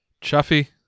Chuffy